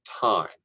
time